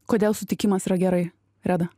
kodėl sutikimas yra gerai reda